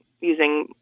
using